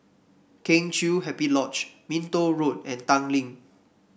Kheng Chiu Happy Lodge Minto Road and Tanglin